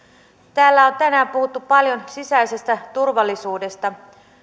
täällä on tänään puhuttu paljon sisäisestä turvallisuudesta